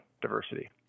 diversity